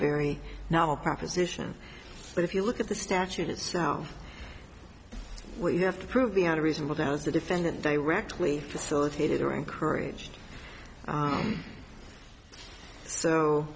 very now proposition but if you look at the statute itself we have to prove beyond a reasonable doubt the defendant directly facilitated or encouraged